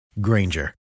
Granger